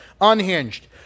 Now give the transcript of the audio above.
unhinged